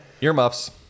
Earmuffs